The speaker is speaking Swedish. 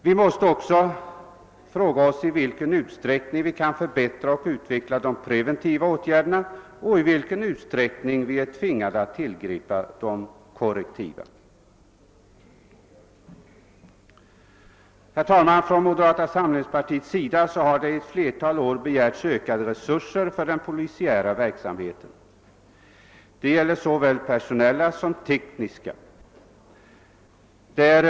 Vi måste också fråga oss i vilken utsträckning vi kan förbättra och utveckla de preventiva åtgärderna och i vilken utsträckning vi är tvingade att tillgripa de korrektiva. Från moderata samlingspartiets sida har det ett flertal år begärts ökade resurser för polisiär verksamhet — det gäller såväl de personella som de tekniska resurserna.